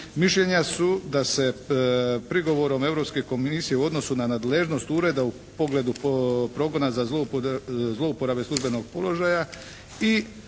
Mišljenja su da se prigovorom Europske komisije u odnosu na nadležnost Ureda u pogledu progona za zlouporabe službenog položaja i